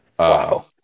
Wow